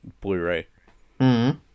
Blu-ray